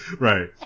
Right